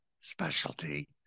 specialty